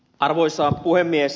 arvoisa puhemies